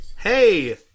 Hey